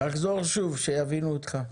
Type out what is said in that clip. תחזור שוב, כדי שיבינו אותך.